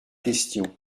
question